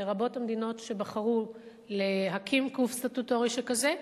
ורבות המדינות שבחרו להקים גוף סטטוטורי שכזה.